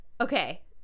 okay